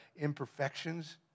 imperfections